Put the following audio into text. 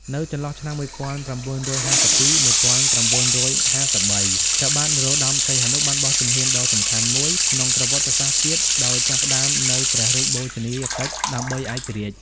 នៅចន្លោះឆ្នាំ១៩៥២-១៩៥៣ ព្រះបាទនរោត្ដម សីហនុ បានបោះជំហានដ៏សំខាន់មួយក្នុងប្រវត្តិសាស្ត្រជាតិ ដោយចាប់ផ្ដើមនូវ ព្រះរាជបូជនីយកិច្ចដើម្បីឯករាជ្យ។